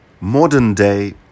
modern-day